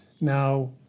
Now